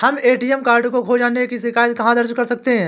हम ATM card खो जाने की शिकायत कहाँ दर्ज कर सकते हैं?